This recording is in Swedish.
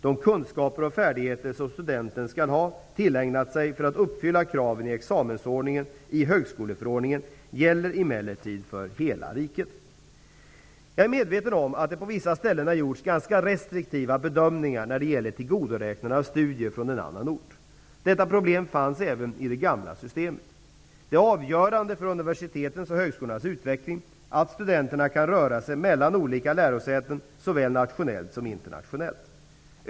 De kunskaper och färdigheter som studenten skall ha tillägnat sig för att uppfylla kraven i examensordningen i högskoleförordningen gäller emellertid för hela riket. Jag är medveten om att det på vissa ställen har gjorts ganska restriktiva bedömningar när det gäller tillgodoräknande av studier från en annan ort. Detta problem fanns även i det gamla systemet. Det är avgörande för universitetens och högskolornas utveckling att studenterna kan röra sig mellan olika lärosäten såväl nationellt som internationellt.